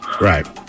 right